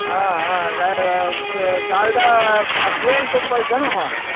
ಹಾಂ ಹಾಂ ಡಾಲ್ಡಾ ಪ್ಯೂರ್ ತುಪ್ಪ ಐತೇನಮ್ಮ